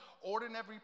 ordinary